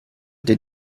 did